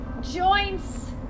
joints